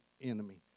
enemy